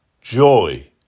joy